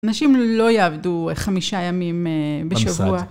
אנשים לא יעבדו חמישה ימים בשבוע.